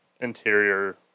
interior